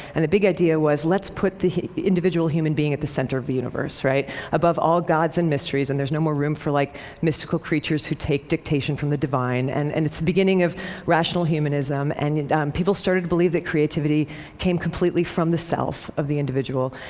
and the big idea was, let's put the individual human being at the center of the universe above all gods and mysteries, and there's no more room for like mystical creatures who take dictation from the divine. and and it's the beginning of rational humanism, and yeah people started to believe that creativity came completely from the self of the individual.